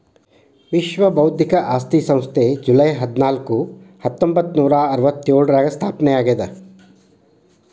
ವಿಶ್ವ ಬೌದ್ಧಿಕ ಆಸ್ತಿ ಸಂಸ್ಥೆ ಜೂಲೈ ಹದ್ನಾಕು ಹತ್ತೊಂಬತ್ತನೂರಾ ಅರವತ್ತ್ಯೋಳರಾಗ ಸ್ಥಾಪನೆ ಆಗ್ಯಾದ